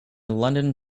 london